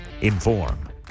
Inform